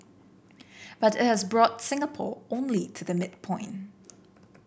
but it has brought Singapore only to the midpoint